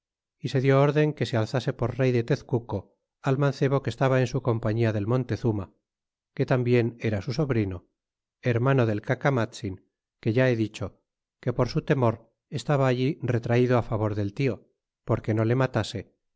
y se dió rden que se alzase por rey de tezcuco al mancebo que estaba en su compañia del montezuma que tambien era su sobrino hermano del cacamatzin que ya he dicho que por su temor estaba allí retraido al favor del tio porque no le matase